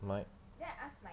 my